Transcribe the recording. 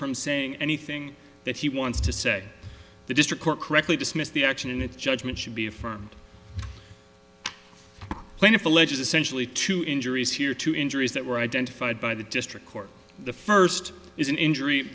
from saying anything that he wants to say the district court correctly dismissed the action and its judgment should be affirmed plaintiff alleges essentially two injuries here two injuries that were identified by the district court the first is an injury